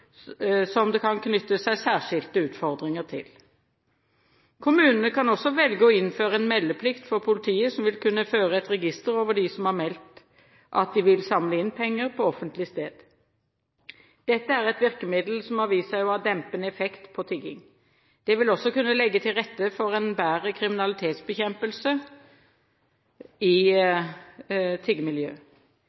som det kan knytte seg særskilte utfordringer til. Kommunene kan også velge å innføre en meldeplikt for politiet som vil kunne føre et register over dem som har meldt at de vil samle inn penger på offentlig sted. Dette er et virkemiddel som har vist seg å ha dempende effekt på tigging. Det vil også kunne legge til rette for en bedre kriminalitetsbekjempelse i